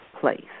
place